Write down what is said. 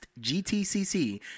GTCC